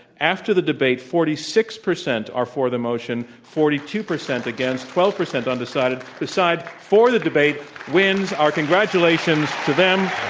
after the debate, forty six percent are for the motion, forty two percent against, twelve percent undecided, the side for the motion wins, our congratulations to them,